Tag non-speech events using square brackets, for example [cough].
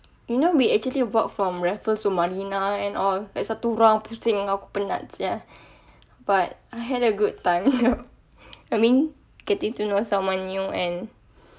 you know we actually walk from raffles to marina and all that's a two round aku pusing aku penat sia but I had a good time [laughs] I mean getting to know someone new and